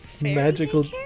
magical